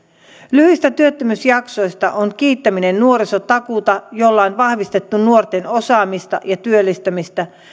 lyhyistä työttömyysjaksoista on kiittäminen nuorisotakuuta jolla on vahvistettu nuorten osaamista ja työllistämistä